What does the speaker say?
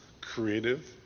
creative